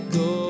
go